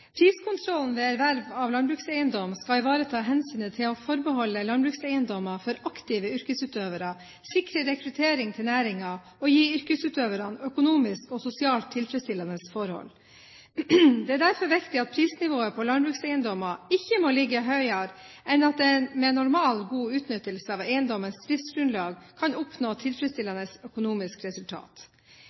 Priskontrollen ved erverv av landbrukseiendom skal ivareta hensynet til å forbeholde landbrukseiendommer for aktive yrkesutøvere, sikre rekruttering til næringen og gi yrkesutøverne økonomisk og sosialt tilfredsstillende forhold. Det er derfor viktig at prisnivået på landbrukseiendommer ikke må ligge høyere enn at en med normal god utnyttelse av eiendommens driftsgrunnlag kan oppnå et tilfredsstillende økonomisk resultat.